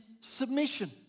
submission